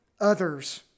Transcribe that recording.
others